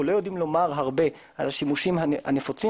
אנו לא יודעים לומר הרבה על השימושים הנפוצים